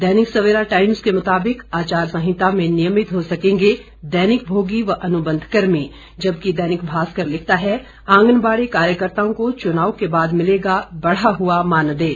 दैनिक Savera times के मुताबिक आचार संहिता में नियमित हो सकेंगे दैनिक भोगी व अनुबंध कर्मी जबकि दैनिक भास्कर लिखता है आंगनबाड़ी कार्यकर्ताओं को चुनाव के बाद मिलेगा बढ़ा हुआ मानदेय